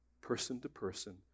person-to-person